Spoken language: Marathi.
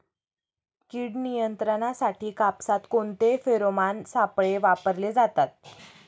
कीड नियंत्रणासाठी कापसात कोणते फेरोमोन सापळे वापरले जातात?